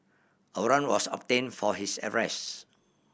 a warrant was obtained for his arrest